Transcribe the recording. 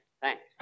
Thanks